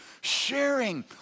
sharing